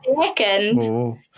second